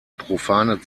profane